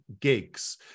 gigs